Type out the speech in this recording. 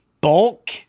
bulk